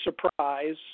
surprise